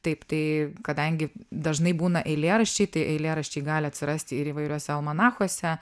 taip tai kadangi dažnai būna eilėraščiai tai eilėraščiai gali atsirasti ir įvairiuose almanachuose